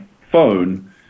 phone